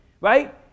right